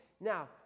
Now